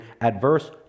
adverse